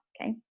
Okay